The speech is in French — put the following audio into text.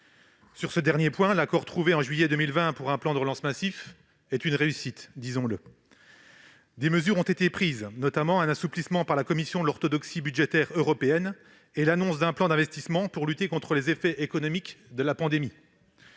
Sur ce dernier point, l'accord trouvé en juillet 2020 pour un plan de relance massif est une réussite. Des mesures ont été prises, notamment l'assouplissement par la Commission de l'orthodoxie budgétaire européenne et l'annonce d'un plan d'investissement pour lutter contre les effets économiques de la pandémie.